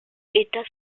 état